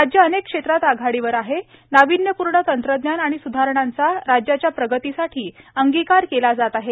राज्य अनेक क्षेत्रात आघाडीवर आहे नाविन्यपूर्ण तंत्रज्ञान आणि स्धारणांचा राज्याच्या प्रगतीसाठी अंगिकार केला जात आहे